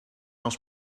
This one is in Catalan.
els